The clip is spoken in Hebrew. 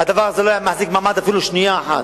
הדבר הזה לא היה מחזיק מעמד אפילו שנייה אחת.